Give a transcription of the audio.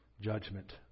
judgment